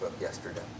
yesterday